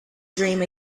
dream